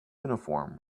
uniform